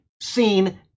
seen